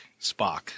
spock